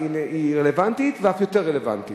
היא רלוונטית ואף יותר רלוונטית.